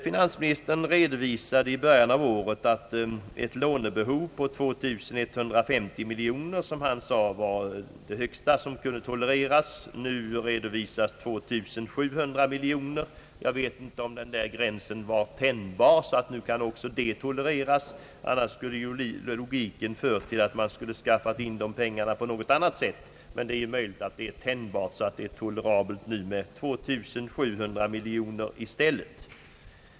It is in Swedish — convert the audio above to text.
Finansministern redovisade i början av året ett lånebehov på 2150 miljoner kronor som det högsta belopp som kunde tolereras. Nu redovisas summan 2700 miljoner kronor. Jag vet inte om gränsen är tänjbar så att nu detta belopp kan tolereras. Annars borde 1ogiskt sett dessa pengar ha anskaffats på annat sätt.